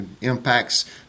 impacts